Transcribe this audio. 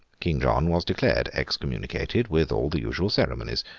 king john was declared excommunicated, with all the usual ceremonies.